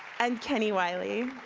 and kenny while iy.